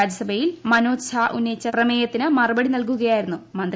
രാജ്യസഭയിൽ മനോജ് ത്സാ ഉന്നയിച്ച പ്രമേയത്തിന് മറുപടി നൽകുകയായിരുന്നു മന്ത്രി